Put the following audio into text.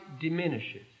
diminishes